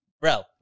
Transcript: Bro